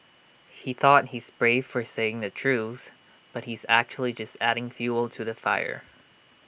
he thought he's brave for saying the truth but he's actually just adding fuel to the fire